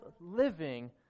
living